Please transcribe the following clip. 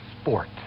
sport